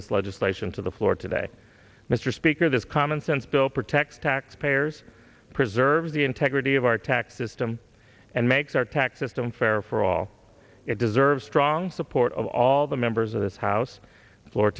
this legislation to the floor today mr speaker this common sense bill protect taxpayers preserve the integrity of our tax system and makes our tax system fairer for all it deserves strong support of all the members of this house floor